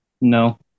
No